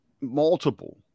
multiple